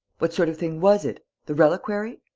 what sort of thing was it? the reliquary?